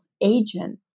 agent